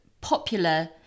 popular